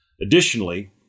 Additionally